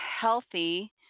healthy